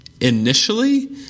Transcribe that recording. initially